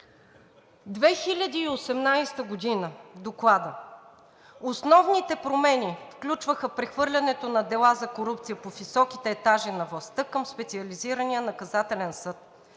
2018 г. – в Доклада: „Основните промени включваха прехвърлянето на делата за корупция по високите етажи на властта към Специализирания наказателен съд